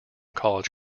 college